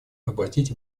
обратить